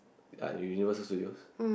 uh Universal-Studios